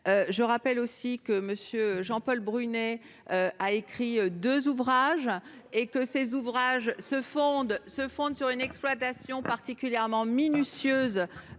Je rappelle aussi que M. Jean-Paul Brunet a écrit deux ouvrages sur le sujet, qui reposent sur une exploitation particulièrement minutieuse